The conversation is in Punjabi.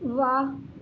ਵਾਹ